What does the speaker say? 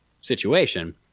situation